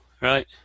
right